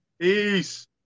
Peace